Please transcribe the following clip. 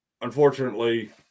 unfortunately